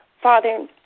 Father